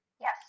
Yes